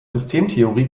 systemtheorie